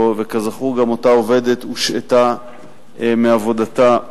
וכזכור, גם אותה עובדת הושעתה מעבודתה,